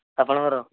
ଆପଣଙ୍କର